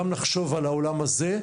גם לחשוב על העולם הזה.